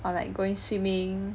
or like going swimming